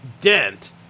dent